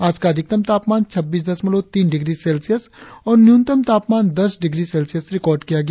आज का अधिकतम तापमान छब्बीस दशमलव तीन डिग्री सेल्सियस और न्यूनतम तापमान दस डिग्री सेल्सियस रिकार्ड किया गया